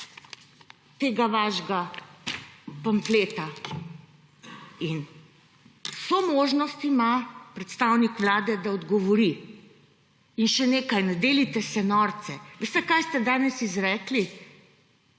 tega vašega pamfleta. In vso možnost ima predstavnik vlade, da odgovori. In še nekaj. Ne delajte se norce. Veste, kaj ste danes izrekli?